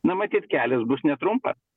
na matyt kelias bus netrumpas